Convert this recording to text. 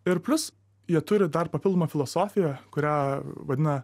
ir plius jie turi dar papildomą filosofiją kurią vadina